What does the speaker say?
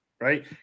right